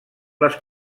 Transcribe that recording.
les